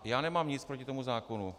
Já nemám nic proti tomu zákonu.